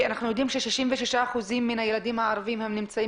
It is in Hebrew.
אנחנו יודעים ש-66% מהילדים הערבים נמצאים